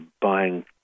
buying